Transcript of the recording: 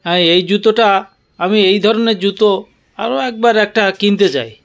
হ্যাঁ এই জুতোটা আমি এই ধরনের জুতো আরও একবার একটা কিনতে চাই